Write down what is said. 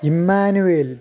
Emmanuel